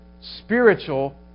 spiritual